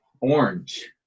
orange